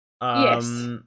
Yes